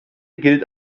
gilt